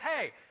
Hey